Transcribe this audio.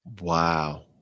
wow